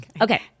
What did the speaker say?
Okay